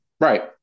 Right